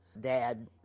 dad